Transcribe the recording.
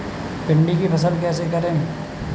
भिंडी की फसल कैसे करें?